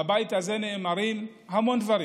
בבית הזה נאמרים המון דברים,